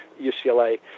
UCLA